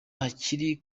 hakiri